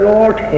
Lord